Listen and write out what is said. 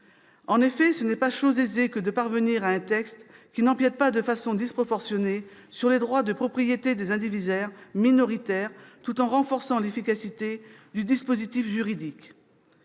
En effet, ce n'est pas chose aisée que de parvenir à un texte qui n'empiète pas de façon disproportionnée sur les droits de propriété des indivisaires minoritaires, tout en renforçant l'efficacité du dispositif juridique.